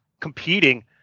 competing